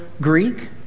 Greek